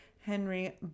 Henry